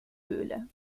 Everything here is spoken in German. höhle